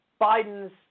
biden's